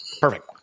Perfect